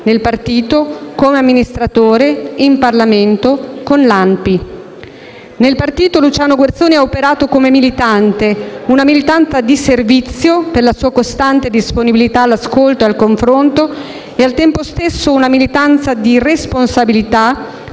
nazionale partigiani d'Italia (ANPI). Nel partito Luciano Guerzoni ha operato come militante: una militanza di servizio per la sua costante disponibilità all'ascolto e al confronto e, al tempo stesso, una militanza di responsabilità,